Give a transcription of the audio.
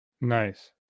Nice